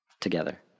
Together